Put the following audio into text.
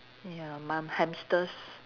ya mam~ hamsters